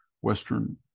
western